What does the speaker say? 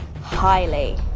highly